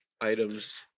items